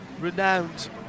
renowned